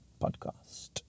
podcast